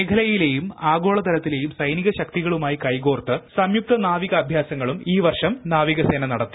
മേഖലയിലെയും ആഗോളതലത്തിലെയും സൈനികശക്തികളുമായി കൈകോർത്ത് സംയുക്ത നാവിക അഭ്യാസങ്ങളും ഈ വർഷം നാവിക സേന നടത്തി